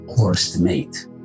overestimate